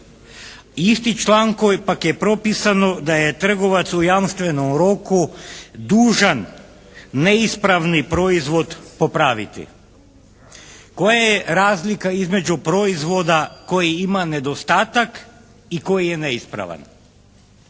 Istim člankom pak je propisano da je trgovac u jamstvenom roku dužan neispravni proizvod popraviti. Koja je razlika između proizvoda koji ima nedostatak i koji je neispravan?